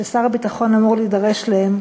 ששר הביטחון אמור להידרש להם,